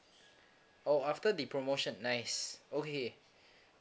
oh after the promotion nice okay